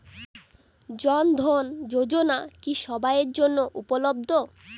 জন ধন যোজনা কি সবায়ের জন্য উপলব্ধ?